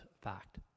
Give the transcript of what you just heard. fact